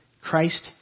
Christ